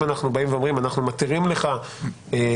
אם אנחנו באים ואומרים: אנחנו מתירים לך כשוטר